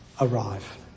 arrive